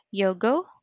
Yogo